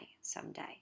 someday